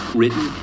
written